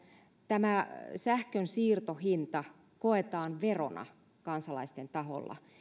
tämä sähkönsiirtohinta koetaan verona kansalaisten taholla